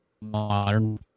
modern